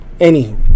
Anywho